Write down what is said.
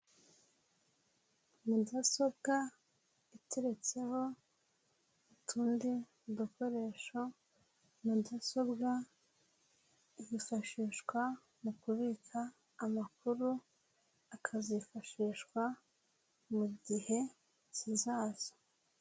Mudasobwa iteretseho utundi dukoresho, mudasobwa yifashishwa mu kubika amakuru akazifashishwa mu gihe kizaza.